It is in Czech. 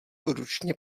ručně